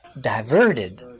diverted